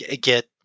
get